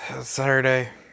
Saturday